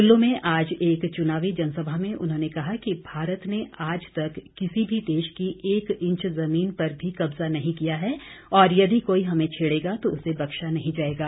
कुल्लू में आज एक चुनावी जनसभा में उन्होंने कहा कि भारत ने आज तक किसी भी देश की एक इंच जमीन पर भी कब्जा नहीं किया है और यदि कोई हमें छेडेगा तो उसे बख्शा नहीं जाएगा